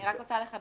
אני רוצה לחדד